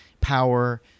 power